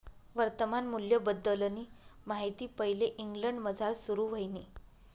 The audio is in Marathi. वर्तमान मूल्यबद्दलनी माहिती पैले इंग्लंडमझार सुरू व्हयनी